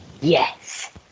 yes